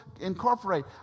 incorporate